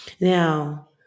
Now